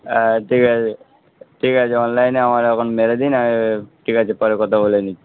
হ্যাঁ ঠিক আছে ঠিক আছে অনলাইনে আমার এখন মেরে দিন আর ঠিক আছে পরে কথা বলে নিন